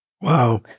Wow